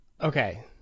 Okay